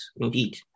indeed